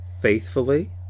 Faithfully